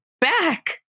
back